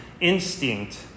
instinct